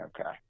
Okay